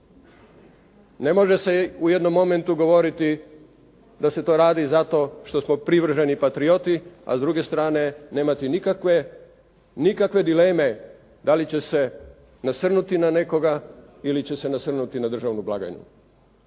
Ne može se u jednom momentu govoriti da se to radi zato što smo privrženi patriote, a s druge strane ne imati nikakve dileme dali će se nasrnuti na nekoga ili će se nasrnuti na državnu blagajnu.